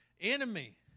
enemy